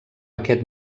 aquest